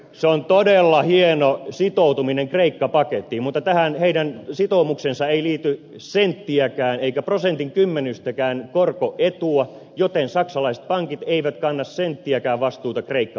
se on todella hieno sitoutuminen kreikka pakettiin mutta tähän niiden sitoumukseen ei liity senttiäkään eikä prosentin kymmenystäkään korkoetua joten saksalaiset pankit eivät kanna senttiäkään vastuuta kreikka paketista